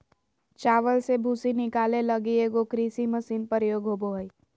चावल से भूसी निकाले लगी एगो कृषि मशीन प्रयोग होबो हइ